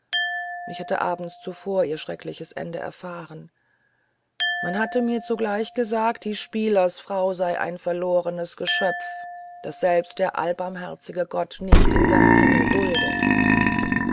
ich hatte abends zuvor ihr schreckliches ende erfahren man hatte mir zugleich gesagt die spielersfrau sei ein verlorenes geschöpf das selbst der allbarmherzige gott nicht in seinem himmel dulde